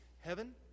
Heaven